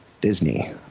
Disney